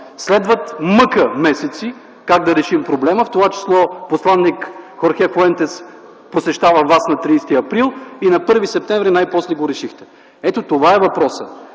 Следват мъка месеци как да решим проблема, в това число посланик Хорхе Фуентес посещава Вас на 30 април и на 1 септември най-после го решихте. Ето това е въпросът